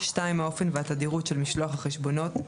(2)האופן והתדירות של משלוח החשבונות,